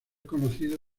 conocido